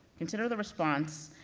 consider the response,